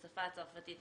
בשפה הצרפתית,